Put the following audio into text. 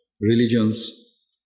religions